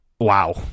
Wow